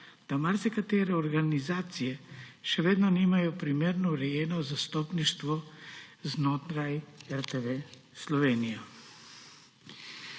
da marsikatere organizacije še vedno nimajo primerno urejenega zastopništva znotraj RTV Slovenija.